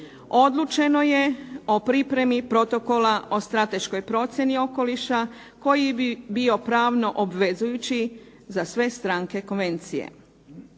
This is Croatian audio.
odlučeno je o pripremi Protokola o strateškoj procjeni okoliša koji bi bio pravno obvezujući za sve stranke Konvencije.